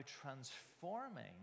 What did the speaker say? transforming